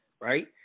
right